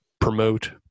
promote